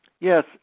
yes